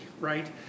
right